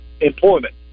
employment